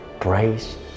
praise